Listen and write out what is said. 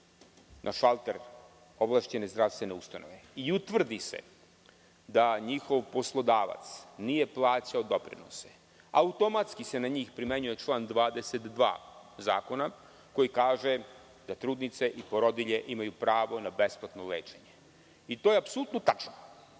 na šalter ovlašćene zdravstvene ustanove i utvrdi se da njihov poslodavac nije plaćao doprinose, automatski se na njih primenjuje član 22. zakona, koji kaže da trudnice i porodilje imaju pravo na besplatno lečenje. To je apsolutno tačno.